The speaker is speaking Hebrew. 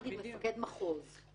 נגיד מפקד מחוז?